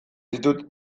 ditut